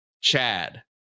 chad